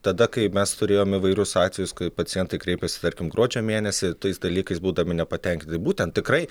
tada kai mes turėjom įvairius atvejus kai pacientai kreipiasi tarkim gruodžio mėnesį tais dalykais būdami nepatenkinti būtent tikrai